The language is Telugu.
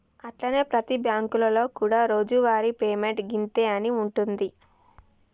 అట్లనే ప్రతి బ్యాంకులలో కూడా రోజువారి పేమెంట్ గింతే అని ఉంటుంది